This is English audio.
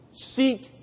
Seek